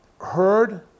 heard